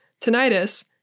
tinnitus